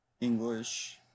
English